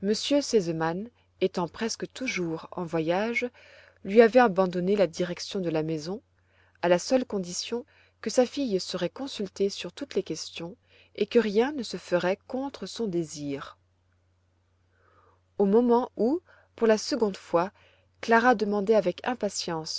étant presque toujours en voyage lui avait abandonné la direction de sa maison à la seule condition que sa fille serait consultée sur toutes les questions et que rien ne se ferait contre son désir au moment où pour la seconde fois clara demandait avec impatience